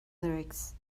lyrics